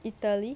italy